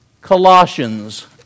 Colossians